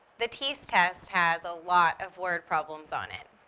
the teas test has a lot of word problems on it.